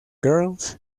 girls